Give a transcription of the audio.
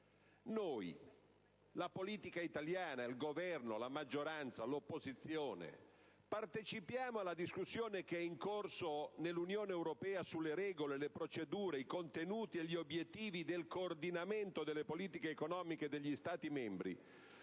Noi, la politica italiana, il Governo, la maggioranza, l'opposizione, partecipiamo alla discussione che è in corso nell'Unione europea sulle regole, le procedure, i contenuti e gli obiettivi del coordinamento delle politiche economiche degli Stati membri